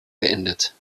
beendet